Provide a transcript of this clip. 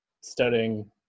studying